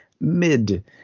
mid